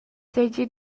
seigi